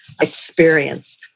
experience